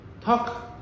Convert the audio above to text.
talk